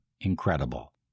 incredible